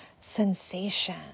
sensation